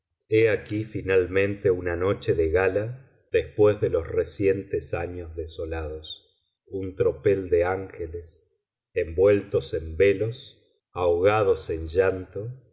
aquí finalmente una noche de gala después de los recientes años desolados un tropel de ángeles envueltos en velos ahogados en llanto